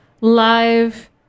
live